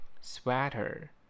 Sweater